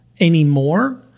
anymore